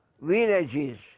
villages